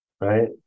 right